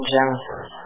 Genesis